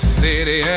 city